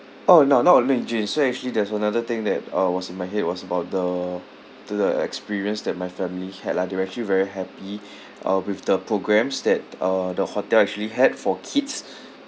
oh no not only jane so actually there's another thing that uh was in my head was about the the the experience that my family had lah they were actually very happy uh with the programmes that uh the hotel actually had for kids